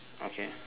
okay